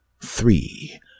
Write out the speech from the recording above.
three